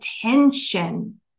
attention